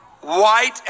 white